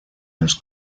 los